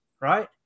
right